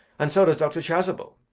and so does dr. chasuble.